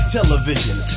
Television